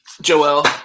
Joel